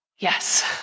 Yes